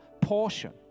portion